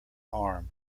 arm